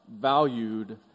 valued